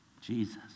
Jesus